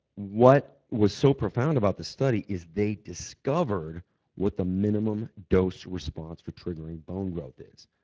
what was so profound about this study is they discovered what the minimum dose response for triggering bone growth is.